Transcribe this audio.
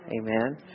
Amen